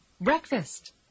Breakfast